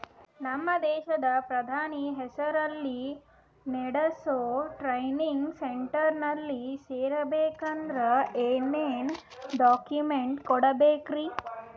ನಮ್ಮ ದೇಶದ ಪ್ರಧಾನಿ ಹೆಸರಲ್ಲಿ ನೆಡಸೋ ಟ್ರೈನಿಂಗ್ ಸೆಂಟರ್ನಲ್ಲಿ ಸೇರ್ಬೇಕಂದ್ರ ಏನೇನ್ ಡಾಕ್ಯುಮೆಂಟ್ ಕೊಡಬೇಕ್ರಿ?